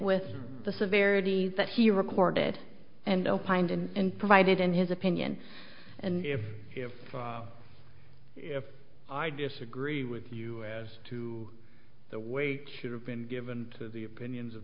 with the severity that he recorded and opined and provided in his opinion and if if if i disagree with you as to the weight should have been given to the opinions of